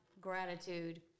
gratitude